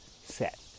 set